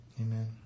Amen